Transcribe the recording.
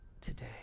today